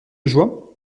joie